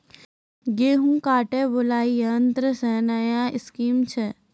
गेहूँ काटे बुलाई यंत्र से नया स्कीम छ?